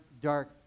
dark